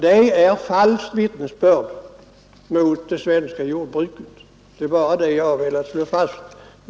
Det är falskt vittnesbörd mot det svenska jordbruket — det är bara detta jag har velat slå fast.